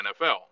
NFL